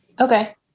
okay